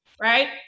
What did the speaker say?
right